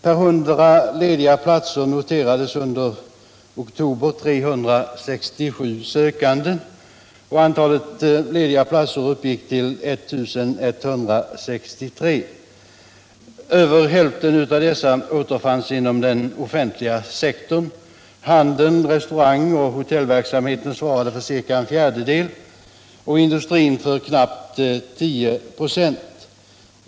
Per 100 lediga platser noterades i oktober 367 sökande, och antalet lediga platser uppgick till I 163. Över hälften av dessa återfanns inom den offentliga sektorn. Handel samt restaurangoch hotellverksamhet svarade för ca en fjärdedel och industrin för knappt 10 96.